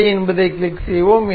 சரி என்பதைக் கிளிக் செய்வோம்